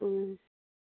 उम दा आरो आं सम लाना थांसिगोन